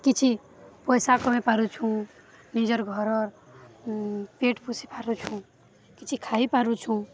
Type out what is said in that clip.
କିଛି ପଇସା କମେଇ ପାରୁଛୁଁ ନିଜର ଘରର ପେଟ ପୋଷି ପାରୁଛୁଁ କିଛି ଖାଇ ପାରୁଛୁଁ